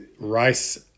rice